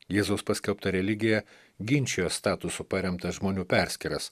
jėzaus paskelbta religija ginčijo statusu paremtas žmonių perskyras